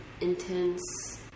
intense